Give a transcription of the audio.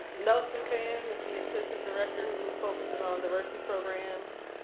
nelson pham is the assistant director who focuses on diversity programs.